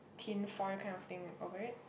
tin foil kind of thing over it